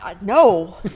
no